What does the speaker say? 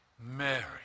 Mary